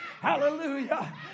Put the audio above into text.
Hallelujah